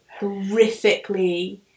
horrifically